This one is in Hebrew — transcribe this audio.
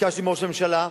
ביקשתי מראש הממשלה,